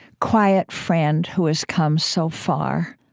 quiet friend who has come so far,